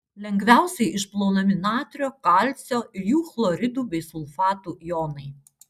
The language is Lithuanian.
lengviausiai išplaunami natrio kalcio ir jų chloridų bei sulfatų jonai